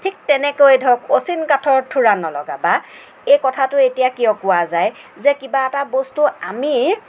ঠিক তেনেকৈ ধৰক অচিন কাঠৰ থোৰা নলগাবা এই কথাটো এতিয়া কিয় কোৱা যায় যে কিবা এটা বস্তু আমি